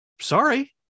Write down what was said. Sorry